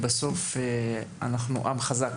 בסוף, אנחנו עם חזק